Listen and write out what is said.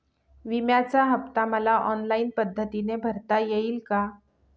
विम्याचा हफ्ता मला ऑनलाईन पद्धतीने भरता येईल का?